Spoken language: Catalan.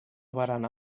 barana